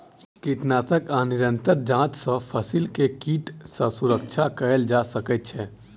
कीटनाशक आ निरंतर जांच सॅ फसिल के कीट सॅ सुरक्षा कयल जा सकै छै